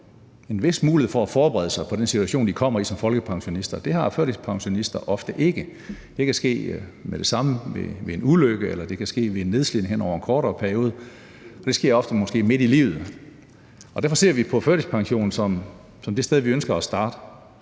en vis mulighed for at forberede sig på den situation, de kommer i som folkepensionister. Det har førtidspensionister ofte ikke. Det kan ske med det samme ved en ulykke, eller det kan ske ved nedslidning over en kortere periode, og det sker måske ofte midt i livet. Derfor ser vi på førtidspensionen som det sted, vi ønsker at starte.